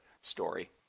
story